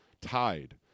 tied